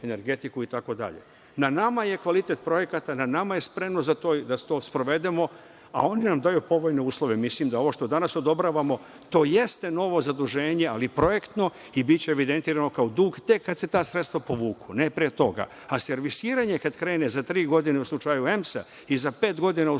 energetiku, itd. Na nama je kvalitet projekata, na nama je spremnost da to sprovedemo, a oni nam daju povoljne uslove. Mislim da ovo što danas odobravamo, to jeste novo zaduženje, ali projektno i biće evidentirano kao dug tek kad se ta sredstva povuku, ne pre toga. A servisiranje kad krene, za tri godine u slučaju EMS-a i za pet godina u